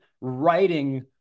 writing